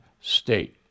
state